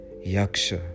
Yaksha